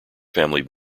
family